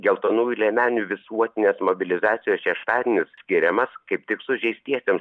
geltonųjų liemenių visuotinės mobilizacijos šeštadienis skiriamas kaip tik sužeistiesiems pagerbti